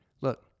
look